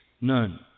none